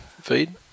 feed